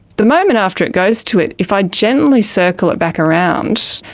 the moment after it goes to it, if i gently circle it back around,